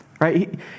right